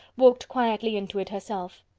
walked quietly into it herself.